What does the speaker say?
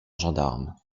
gendarme